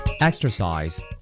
Exercise